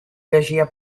llegia